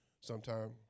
sometime